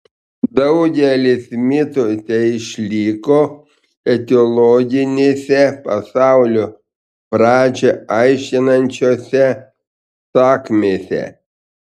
daugelis mitų teišliko etiologinėse pasaulio pradžią aiškinančiose sakmėse